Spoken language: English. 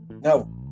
No